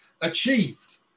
achieved